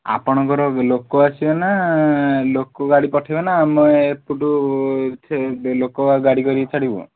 ଆପଣଙ୍କର ଲୋକ ଆସିବେ ନା ଲୋକ ଗାଡ଼ି ପଠାଇବେ ନା ଆମେ ଏପଟୁ ଲୋକଗା ଗାଡ଼ି କରିକି ଛାଡ଼ିବୁ